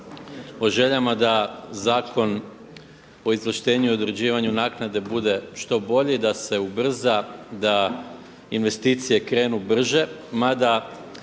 o željama da Zakon o izvlaštenju i određivanju naknade bude što bolji, da se ubrza, da investicije krenu brže. Mada